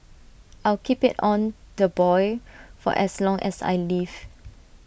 I'll keep IT on the boil for as long as I live